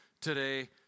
today